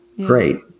great